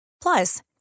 Plus